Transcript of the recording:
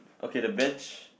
okay the bench